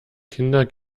kinder